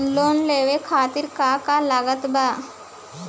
Loan लेवे खातिर का का लागत ब?